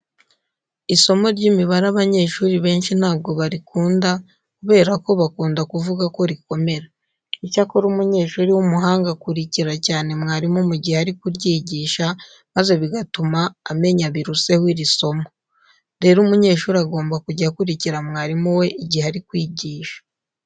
Isomo ry'imibare abanyeshuri benshi ntabwo barikunda kubera ko bakunda kuvuga ko rikomera. Icyakora umunyeshuri w'umuhanga akurikira cyane mwarimu mu gihe ari kuryigisha maze bigatuma amenya biruseho iri somo. Rero umunyeshuri agomba kujya akurikira mwarimu we igihe ari kwigisha.